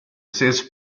sees